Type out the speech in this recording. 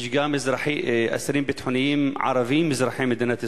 יש גם אסירים ביטחוניים ערבים אזרחי מדינת ישראל,